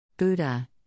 Buddha